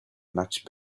much